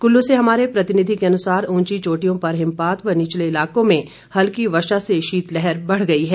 कुल्लू से हमारे प्रतिनिधि के अुनसार उंची चोटियों पर हिमपात व निचले इलाकों में हल्की वर्षा से शीतलहर बढ़ गई है